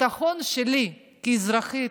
הביטחון שלי כאזרחית,